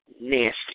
nasty